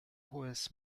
hohes